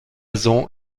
zone